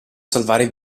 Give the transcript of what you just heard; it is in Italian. salvare